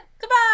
Goodbye